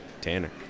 Tanner